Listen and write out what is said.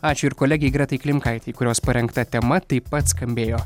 ačiū ir kolegei gretai klimkaitei kurios parengta tema taip pat skambėjo